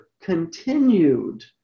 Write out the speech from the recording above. continued